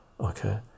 okay